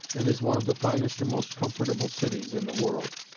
and is one of the finest and most comfortable cities in the world.